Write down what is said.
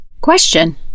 Question